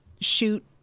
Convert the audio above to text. shoot